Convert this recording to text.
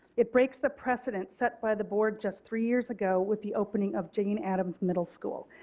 it breaks the president set by the board just three years ago with the opening of jane addams middle school.